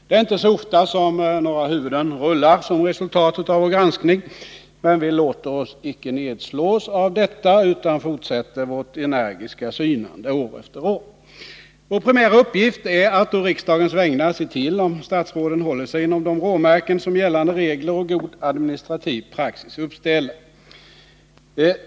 Det är inte så ofta några huvuden rullar som resultat av vår granskning, men vi låter oss inte nedslås av detta utan fortsätter vårt energiska synande år efter år. Vår primära uppgift är att å riksdagens vägnar se om statsråden håller sig inom de råmärken som gällande regler och god administrativ praxis uppställer.